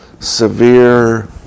Severe